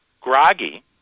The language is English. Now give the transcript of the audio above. groggy